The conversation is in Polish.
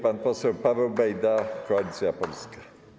Pan poseł Paweł Bejda, Koalicja Polska.